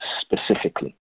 specifically